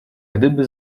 gdyby